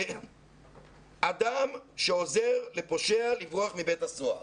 "אדם שעוזר לפושע לברוח מבית הסוהר".